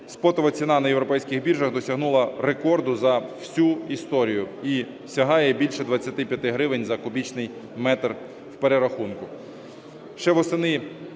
Спотова ціна на європейських біржах досягнула рекорду за всю історію і сягає більше 25 гривень за кубічний метр у перерахунку.